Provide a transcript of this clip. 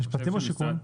משפטים או שיכון?